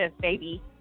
baby